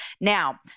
Now